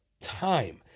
time